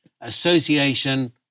Association